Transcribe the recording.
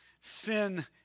Sin